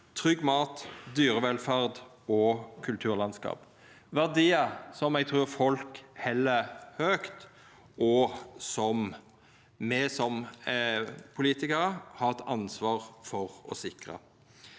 trygg mat, dyrevelferd og kulturlandskap. Det er verdiar som eg trur folk held høgt, og som me som politikarar har eit ansvar for å sikra.